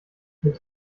mit